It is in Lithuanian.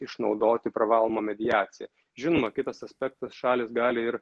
išnaudoti pravalomą mediaciją žinoma kitas aspektas šalys gali ir